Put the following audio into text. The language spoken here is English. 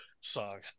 song